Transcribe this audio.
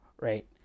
right